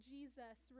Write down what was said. Jesus